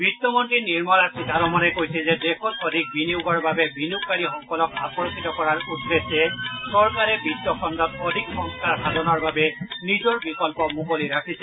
বিত্তমন্ত্ৰী নিৰ্মলা সীতাৰমণে কৈছে যে দেশত অধিক বিনিয়োগৰ বাবে বিনিয়োগকাৰীসকলৰ আকৰ্ষিত কৰাৰ উদ্দেশ্যে চৰকাৰে বিত্ত খণ্ডত অধিক সংস্কাৰসাধনৰ বাবে নিজৰ বিকল্প মুকলি ৰাখিছে